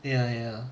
ya ya